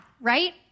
right